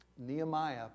Nehemiah